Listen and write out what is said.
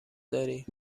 داری